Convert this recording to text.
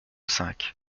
cinq